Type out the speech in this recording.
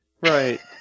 Right